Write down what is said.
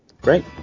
Great